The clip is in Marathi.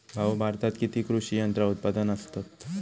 भाऊ, भारतात किती कृषी यंत्रा उत्पादक असतत